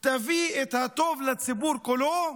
תביא את הטוב לציבור כולו,